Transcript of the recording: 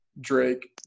Drake